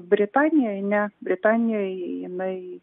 britanijoj ne britanijoj jinai